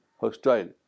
hostile